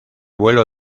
vuelo